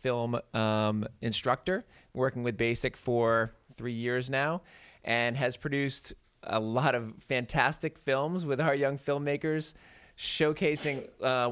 film instructor working with basic for three years now and has produced a lot of fantastic films with our young filmmakers showcasing